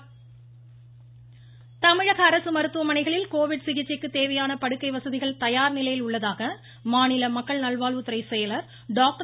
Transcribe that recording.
ராதாகிருஷ்ணன் தமிழக அரசு மருத்துவமனைகளில் கோவிட் சிகிச்சைக்கு தேவையான படுக்கை வசதிகள் தயார் நிலையில் உள்ளதாக மாநில மாநில மக்கள் நல்வாழ்வுத்துறை செயலர் டாக்டர்